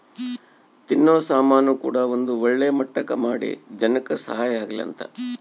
ತಿನ್ನೋ ಸಾಮನ್ ಕೂಡ ಒಂದ್ ಒಳ್ಳೆ ಮಟ್ಟಕ್ ಮಾಡಿ ಜನಕ್ ಸಹಾಯ ಆಗ್ಲಿ ಅಂತ